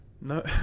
No